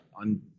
on